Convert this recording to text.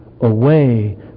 away